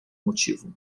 motivo